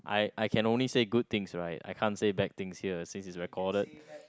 I I can only say good things right I can't said bad things here since is recorded